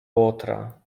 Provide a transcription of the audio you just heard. łotra